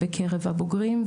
ובקרב הבוגרים,